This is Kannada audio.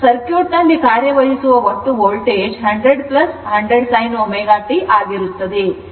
ಸರ್ಕ್ಯೂಟ್ನಲ್ಲಿ ಕಾರ್ಯನಿರ್ವಹಿಸುವ ಒಟ್ಟು ವೋಲ್ಟೇಜ್ 100 100 sin ω t ಆಗಿರುತ್ತದೆ